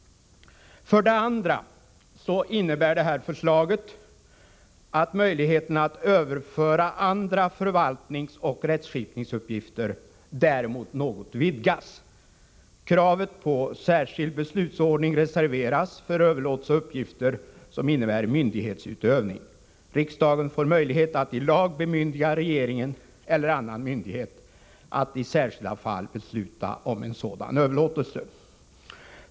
För det andra innebär förslaget att möjligheterna att överföra andra förvaltningsoch rättskipningsuppgifter däremot något vidgas. Kravet på särskild beslutsordning reserveras för överlåtelse av uppgifter som innebär myndighetsutövning. Riksdagen får möjlighet att i lag bemyndiga regeringen eller annan myndighet att i särskilda fall besluta om sådan överlåtelse.